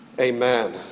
Amen